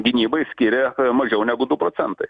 gynybai skiria mažiau negu du procentai